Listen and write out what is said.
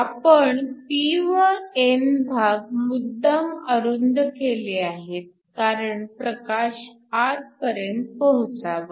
आपण p व n भाग मुद्दाम अरुंद केले आहेत कारण प्रकाश आतपर्यंत पोहचावा